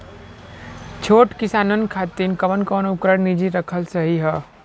छोट किसानन खातिन कवन कवन उपकरण निजी रखल सही ह?